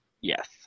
yes